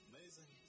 Amazing